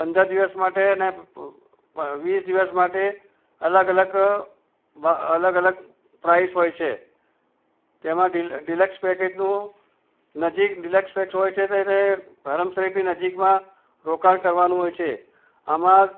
પંદર દિવસ માટે અને વીસ દિવસ માટે અલગ અલગ અલગ અલગ પ્રાઇસ હોય છે તેમાં ડીલ ડિલક્ષ પેકેજનું નજીક ડિલેક્સ ફેક્સ હોય છે તે તે હરમ શરીફની નજીકમાં રોકાણ કરવાનું હોય છે આમાં